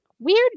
Weird